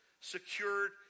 Secured